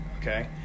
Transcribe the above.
okay